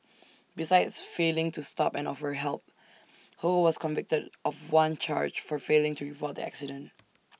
besides failing to stop and offer help ho was convicted of one charge for failing to report the accident